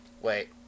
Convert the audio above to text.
Wait